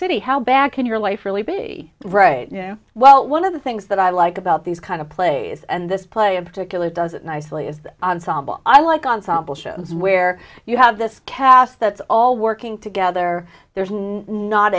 city how back in your life really be right well one of the things that i like about these kind of plays and this play in particular does it nicely is the ensemble i like ensemble show where you have this cast that's all working together there's not